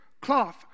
cloth